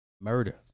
murder